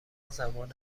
زمان